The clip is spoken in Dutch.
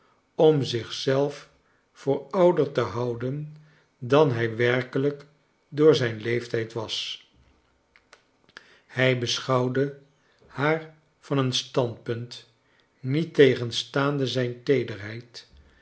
om zich zelf voor ouder te houden dan hij werkelijk door zijn leeftijd was hij beschouwde haar van een standpunt niettegenstaande zijn teederheid